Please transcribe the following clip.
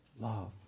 Love